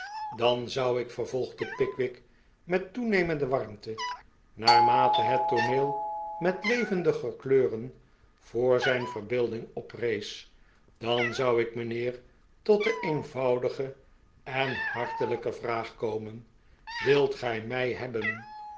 dan zou ik vervolgde pickwick met toenemende warmte naarmate het tooneel met levendiger kleuren voor zijn verbeelding oprees dan zou ik mijnheer tot de eehvoudige en hartelijke vraag komen wilt gij mij hebben